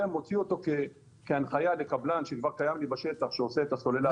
ומוציא אותו כהנחיה לקבלן שכבר קיים לי בשטח שעושה את הסוללה עצמה.